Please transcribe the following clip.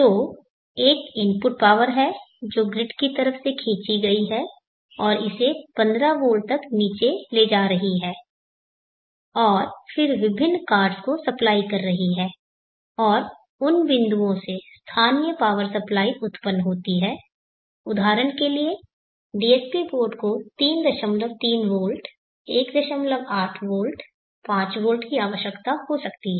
तो एक input power है जो ग्रिड की तरफ से खींची गई है और इसे 15 वोल्ट तक नीचे ले जा रही है और फिर विभिन्न कार्ड्स को सप्लाई कर रही है और उन बिंदुओं से स्थानीय पावर सप्लाई उत्पन्न होती है उदाहरण के लिए DSP बोर्ड को 33 वोल्ट 18 वोल्ट 5 वोल्ट की आवश्यकता हो सकती है